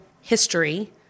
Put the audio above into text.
history